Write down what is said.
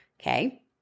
Okay